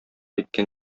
иткән